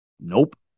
Nope